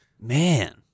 Man